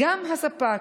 גם הספק.